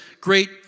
great